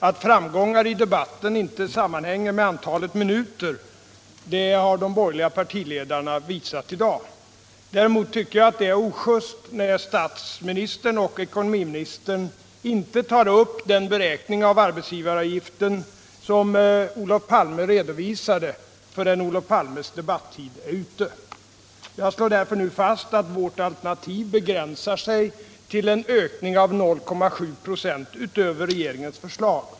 Att framgången i debatten inte sammanhänger med antalet minuter, det har de borgerliga partiledarna visat i dag. Däremot tycker jag det är ojust när statsministern och ekonomiministern inte tar upp den beräkning av arbetsgivaravgiften, som Olof Palme redovisade, förrän hans debattid är ute. Jag slår därför nu fast att vårt alternativ begränsar sig till en ökning av 0,7 96 utöver regeringens förslag.